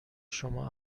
شما